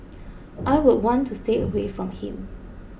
I would want to stay away from him